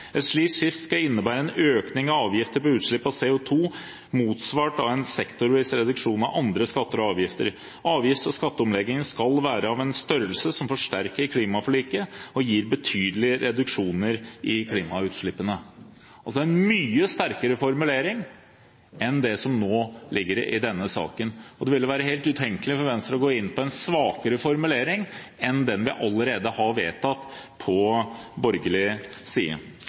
Et slikt skifte skal innebære en økning av avgifter på utslipp av CO2 motsvart av en sektorvis reduksjon av andre skatter og avgifter. Avgifts- og skatteomleggingen skal være av en størrelse som forsterker klimaforliket og gir betydelige reduksjoner i klimautslippene.» Det er altså en mye sterkere formulering enn det som nå ligger i denne saken, og det ville være helt utenkelig for Venstre å gå inn på en svakere formulering enn den vi allerede har vedtatt på borgerlig side.